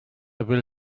will